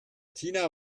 tina